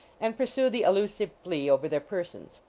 and pursue the elusive flea over their persons.